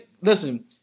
listen